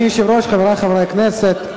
חברי חברי הכנסת,